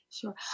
Sure